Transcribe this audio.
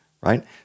right